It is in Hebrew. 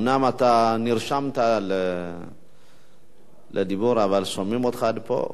אומנם אתה נרשמת לדיבור, אבל שומעים אותך עד פה.